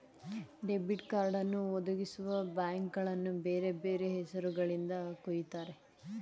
debit ಕಾರ್ಡನ್ನು ಒದಗಿಸುವಬ್ಯಾಂಕ್ಗಳನ್ನು ಬೇರೆ ಬೇರೆ ಹೆಸರು ಗಳಿಂದ ಕರೆಯುತ್ತಾರೆ